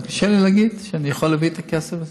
אבל קשה לי להגיד שאני יכול להביא את הכסף הזה.